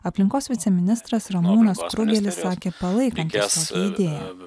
aplinkos viceministras ramūnas krugelis sakė palaikantis tokią idėją